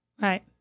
Right